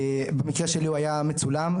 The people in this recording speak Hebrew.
המקרה שלי היה מצולם,